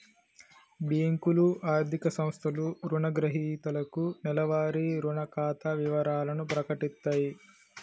బ్యేంకులు, ఆర్థిక సంస్థలు రుణగ్రహీతలకు నెలవారీ రుణ ఖాతా వివరాలను ప్రకటిత్తయి